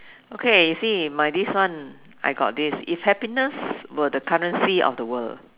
okay you see my this one I got this if happiness were the currency of the world